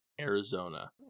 Arizona